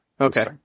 Okay